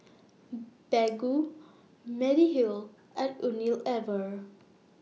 Baggu Mediheal and Unilever